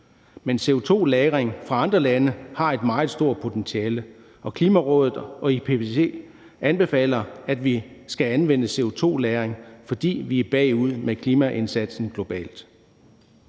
Men CO2-lagring fra andre lande har et meget stort potentiale, og Klimarådet og IPCC anbefaler, at vi skal anvende CO2-lagring, fordi vi er bagud med klimaindsatsen globalt.